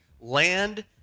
land